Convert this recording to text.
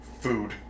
food